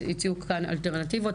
הציעו כאן אלטרנטיבות,